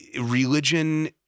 religion